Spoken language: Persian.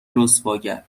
رسواگر